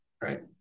right